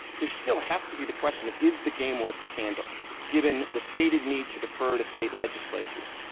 there still has to be the question of is the game worth the candle given the stated need to defer to state legislatures.